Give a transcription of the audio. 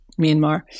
Myanmar